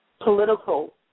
political